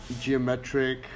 geometric